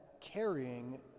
carrying